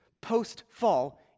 post-fall